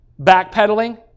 backpedaling